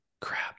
Crap